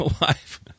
life